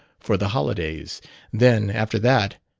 for the holidays then, after that,